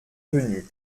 venue